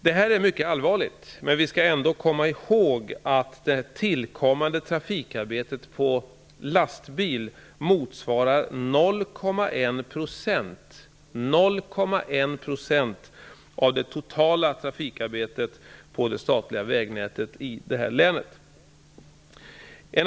Detta är mycket allvarligt, men vi skall ändå komma i håg att det trafikarbete som tillkommer för lastbilstrafik motsvarar 0,1 % av det totala trafikarbetet på det statliga vägnätet i detta län.